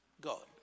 God